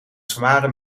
zware